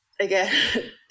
Again